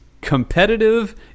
competitive